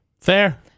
Fair